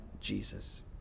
Jesus